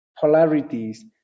polarities